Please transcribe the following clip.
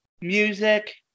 Music